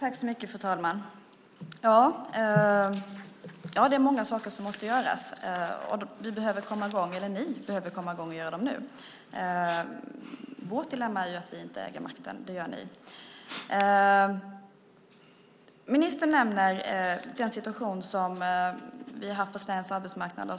Fru talman! Det är många saker som måste göras, och ni behöver komma i gång med dem nu. Vårt dilemma är att vi inte äger makten. Det gör ni. Ministern nämner den situation som vi har haft på svensk arbetsmarknad.